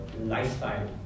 lifestyle